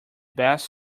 best